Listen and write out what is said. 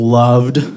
loved